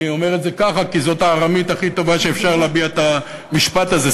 אני אומר את זה ככה כי זאת הארמית הכי טובה להביע את המשפט הזה.